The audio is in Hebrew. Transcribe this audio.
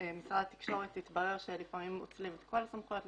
משרד התקשורת התברר שלפעמים אוצלים את כל הסמכויות,